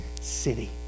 city